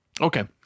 okay